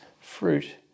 fruit